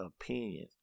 opinion